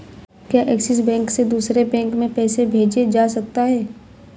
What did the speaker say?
क्या ऐक्सिस बैंक से दूसरे बैंक में पैसे भेजे जा सकता हैं?